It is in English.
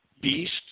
beasts